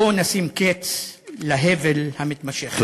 בואו נשים קץ להבל המתמשך.